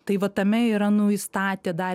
tai vat tame yra nu jis statė darė